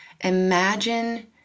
imagine